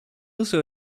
also